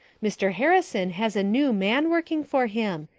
mr. harrison has a new man working for him.